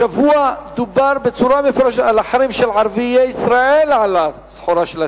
השבוע דובר בצורה מפורשת על החרם של ערביי ישראל על הסחורה,